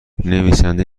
نویسنده